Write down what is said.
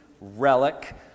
relic